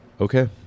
Okay